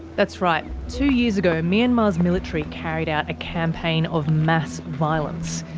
that's right. two years ago, myanmar's military carried out a campaign of mass violence.